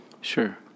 Sure